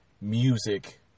music